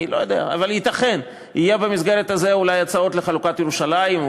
אני לא יודע אבל ייתכן שיהיו בהסכם המסגרת הזה הצעות לחלוקת ירושלים,